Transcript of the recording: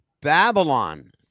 Babylon